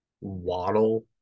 Waddle